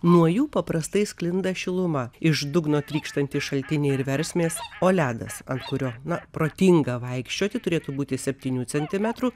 nuo jų paprastai sklinda šiluma iš dugno trykštantys šaltiniai ir versmės o ledas ant kurio na protinga vaikščioti turėtų būti septynių centimetrų